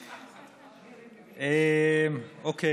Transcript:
ראשית,